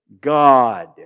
God